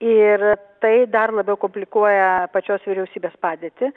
ir tai dar labiau komplikuoja pačios vyriausybės padėtį